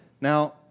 Now